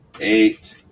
eight